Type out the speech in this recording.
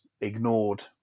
ignored